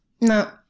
No